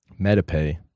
MetaPay